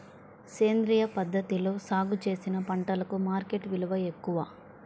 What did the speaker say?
సేంద్రియ పద్ధతిలో సాగు చేసిన పంటలకు మార్కెట్ విలువ ఎక్కువ